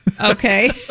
okay